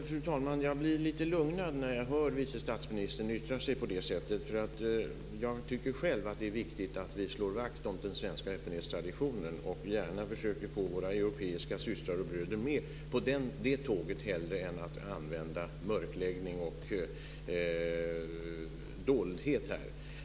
Fru talman! Jag blir lite lugnad när jag hör vice statsministern yttra sig på det sättet. Jag tycker själv att det är viktigt att vi slår vakt om den svenska öppenhetstraditionen och gärna försöker få våra europeiska systrar och bröder med på det tåget, hellre än att använda mörkläggning och dölja saker.